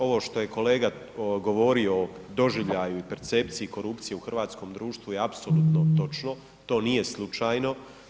Ovo što je kolega govorio o doživljaju, percepciji korupcije u hrvatskom društvu je apsolutno točno, to nije slučajno.